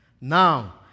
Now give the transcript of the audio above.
Now